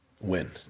win